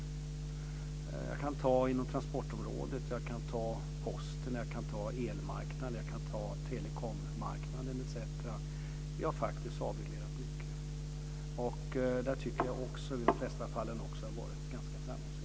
Det gäller t.ex. inom transportområdet samt Posten, elmarknaden och telekommarknaden. Vi har faktiskt avreglerat mycket. I de flesta fallen tycker jag att vi har varit ganska framgångsrika.